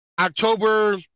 October